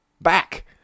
back